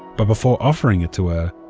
but before offering it to her,